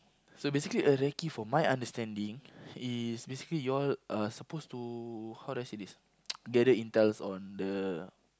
so basically a recce from my understanding is basically you all are supposed to how to do I say this gather intels on the